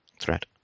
threat